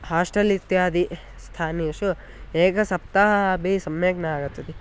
hostel इत्यादिषु स्थानेषु एकसप्ताहे अपि सम्यक् न आगच्छति